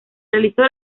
realizó